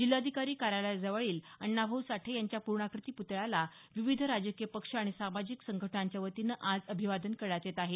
जिल्हाधिकारी कार्यालयाजवळील अण्णाभाऊ साठे यांच्या पूर्णाकृती पुतळ्याला विविध राजकीय पक्ष आणि सामाजिक संघटनांच्या वतीनं अभिवादन करण्यात येत आहे